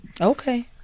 Okay